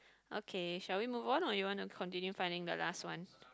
okay shall we move on or you want to continue finding the last one